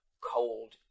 cold